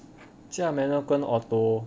驾 manual 跟 auto